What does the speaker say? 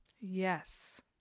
Yes